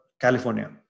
California